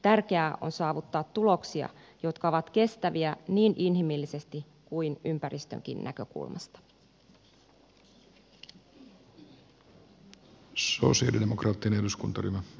tärkeää on saavuttaa tuloksia jotka ovat kestäviä niin inhimillisesti kuin ympäristönkin näkökulmasta